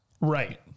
Right